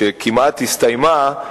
שכמעט נסתיימה,